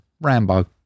Rambo